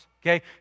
okay